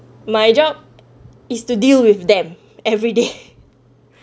my job is to deal with them every day